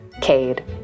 Cade